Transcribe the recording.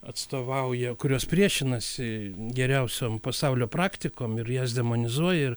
atstovauja kurios priešinasi geriausiom pasaulio praktikom ir jas demonizuoja ir